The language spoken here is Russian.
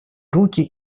руки